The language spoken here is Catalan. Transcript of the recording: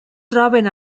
troben